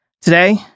Today